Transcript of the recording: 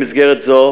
במסגרת זו